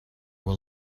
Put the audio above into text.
were